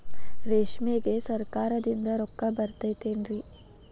ರೇಷ್ಮೆಗೆ ಸರಕಾರದಿಂದ ರೊಕ್ಕ ಬರತೈತೇನ್ರಿ?